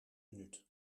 minuut